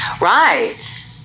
Right